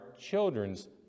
children's